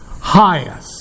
highest